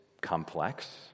complex